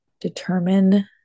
determine